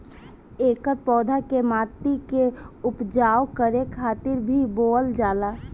एकर पौधा के माटी के उपजाऊ करे खातिर भी बोअल जाला